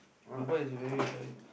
Dubai is very like